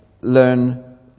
learn